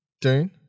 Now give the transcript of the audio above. Dune